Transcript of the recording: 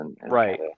Right